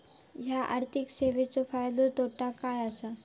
हया आर्थिक सेवेंचो फायदो तोटो काय आसा?